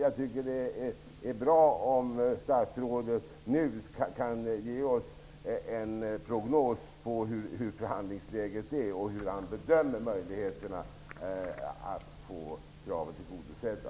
Jag tycker det är bra om statsrådet nu kan ge oss en prognos hur förhandlingsläget är och hur han bedömer möjligheterna att få kraven tillgodosedda.